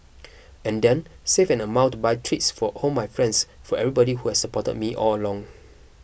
and then save an amount to buy treats for all my friends for everybody who has supported me all long